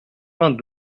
vingt